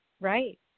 Right